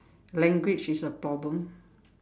language is a problem